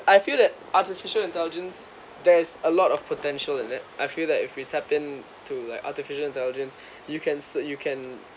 I feel that artificial intelligence there is a lot of potential in that I feel that if we tap in to like artificial intelligence you can se~ you can